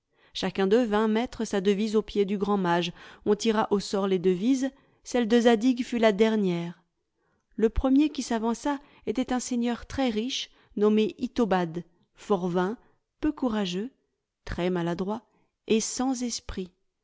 chacun d'eux vint mettre sa devise aux pieds du grand mage on tira au sort les devises celle de zadig fut la dernière le premier qui s'avança était un seigneur très riche nommé itobad fort vain peu courageux très maladroit et sans esprit